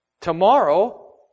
Tomorrow